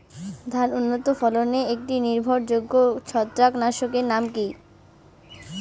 ধান উন্নত ফলনে একটি নির্ভরযোগ্য ছত্রাকনাশক এর নাম কি?